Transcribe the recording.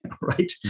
right